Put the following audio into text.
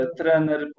trener